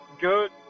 good